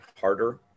harder